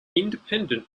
independent